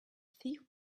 thief